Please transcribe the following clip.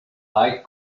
like